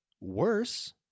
worse